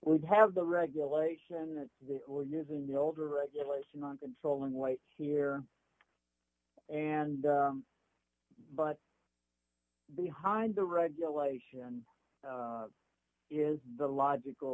d have the regulation that they were using the older regulation on controlling white here and but behind the regulation is the logical